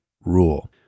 rule